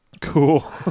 Cool